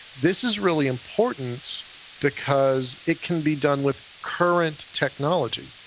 this is really important because it can be done with current technology.